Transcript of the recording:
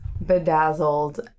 bedazzled